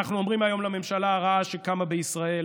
אנחנו אומרים היום לממשלה הרעה שקמה בישראל: